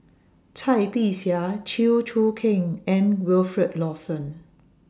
Cai Bixia Chew Choo Keng and Wilfed Lawson